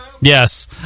Yes